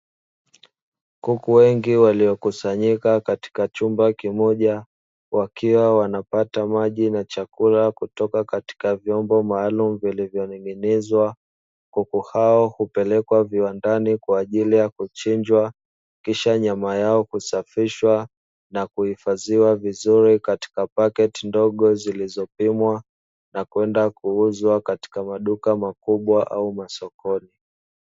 Kuku wengi waliokusanyika katika chumba kimoja wakiwa wanapata maji na chakula kutoka katika vyombo maalumu vilivyoning'inizwa, kuku wako hupelekwa viwandani kwa ajili ya kuchinjwa kishwa nyama yao kusafishwa na kuhifadhiwa vizuri katika paketi ndogo zilizopimwa na kwenda kuuzwa katika maduka makubwa au masokoni.